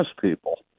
people